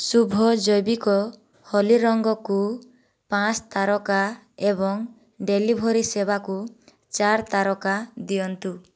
ଶୁଭ ଜୈବିକ ହୋଲି ରଙ୍ଗକୁ ପାଞ୍ଚ ତାରକା ଏବଂ ଡେଲିଭରି ସେବାକୁ ଚାରି ତାରକା ଦିଅନ୍ତୁ